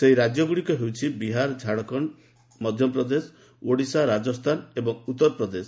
ସେହି ରାଜ୍ୟଗୁଡ଼ିକ ହେଉଛି ବିହାର ଝାଡ଼ଖଣ୍ଡ ମଧ୍ୟପ୍ରଦେଶ ଓଡ଼ିଶା ରାଜସ୍ଥାନ ଏବଂ ଉତ୍ତର ପ୍ରଦେଶ